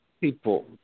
People